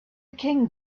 king